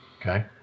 Okay